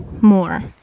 more